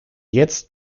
jetzt